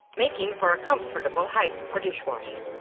making for a comfortable height for dishwashing.